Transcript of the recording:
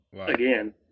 again